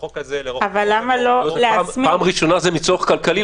בחוק הזה לרוחבו --- פעם ראשונה זה מצורך כלכלי,